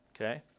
Okay